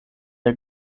der